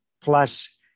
Plus